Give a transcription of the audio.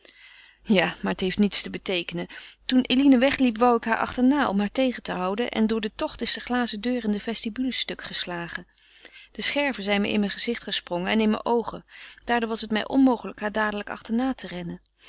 ja maar het heeft niets te beteekenen toen eline wegliep wou ik haar achterna om haar tegen te houden en door den tocht is de glazen deur in de vestibule stuk geslagen de scherven zijn me in mijn gezicht gesprongen en in mijn oogen daardoor was het mij onmogelijk haar dadelijk achterna te rennen